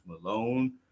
Malone